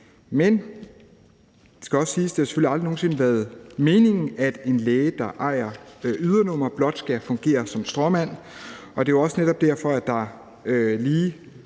at det selvfølgelig aldrig nogen sinde har været meningen, at en læge, der ejer et ydernummer, blot skal fungere som stråmand, og det er jo netop også derfor, at der, siden